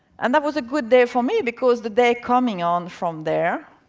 and that was a good day for me, because the day coming on from there,